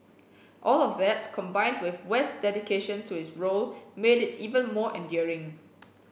all of that combined with West dedication to his role made it even more endearing